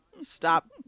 stop